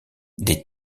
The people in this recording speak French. des